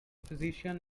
physician